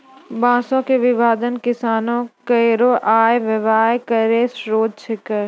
बांसों क विभाजन किसानो केरो आय व्यय केरो स्रोत छिकै